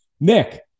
Nick